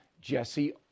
Jesse